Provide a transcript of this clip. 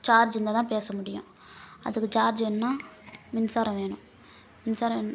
charge இருந்தால்தான் பேச முடியும் அதுக்கு சார்ஜ் வேணுன்னால் மின்சாரம் வேணும் மின்சாரம் வேணும்